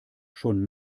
schon